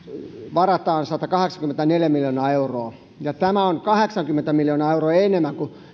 varataan satakahdeksankymmentäneljä miljoonaa euroa tämä on kahdeksankymmentä miljoonaa euroa enemmän kuin